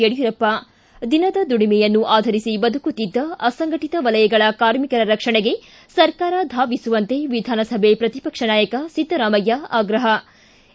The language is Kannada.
ಯಡಿಯೂರಪ್ಪ ಿ ದಿನದ ದುಡಿಮೆಯನ್ನು ಆಧರಿಸಿ ಬದುಕುತ್ತಿದ್ದ ಅಸಂಘಟಿತ ವಲಯಗಳ ಕಾರ್ಮಿಕರ ರಕ್ಷಣೆಗೆ ಸರ್ಕಾರ ಧಾವಿಸುವಂತೆ ವಿಧಾನಸಭೆ ಪ್ರತಿಪಕ್ಷ ನಾಯಕ ಸಿದ್ದರಾಮಯ್ಯ ಆಗ್ರಹ ು